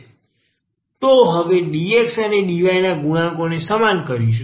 તો હવે dx અને dy ના આ ગુણાંકોને સમાન કરીશું